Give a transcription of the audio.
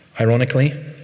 Ironically